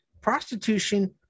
prostitution